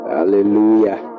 Hallelujah